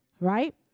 Right